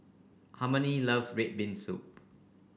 Harmony loves red bean soup